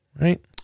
Right